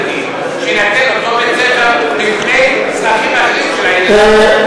שיינתן לאותו בית-ספר על פני צרכים אחרים של העירייה,